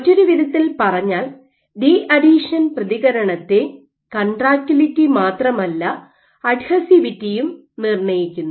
മറ്റൊരു വിധത്തിൽ പറഞ്ഞാൽ ഡീഅഥീഷൻ പ്രതികരണത്തെ കൺട്രാക്റ്റിലിറ്റി മാത്രമല്ല അഡ്ഹസിവിറ്റിയും നിർണ്ണയിക്കുന്നു